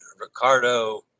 Ricardo